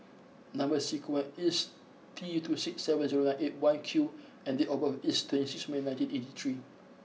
number sequence is T two six seven zero nine eight one Q and date of birth is twenty sixth May nineteen eighty three